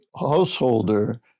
householder